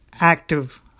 active